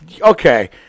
Okay